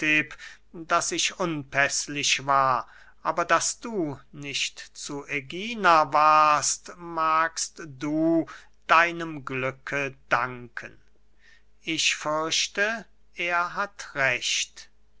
daß ich unpäßlich war aber daß du nicht zu ägina warst magst du deinem glücke danken ich fürchte er hat recht